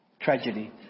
tragedy